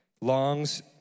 Longs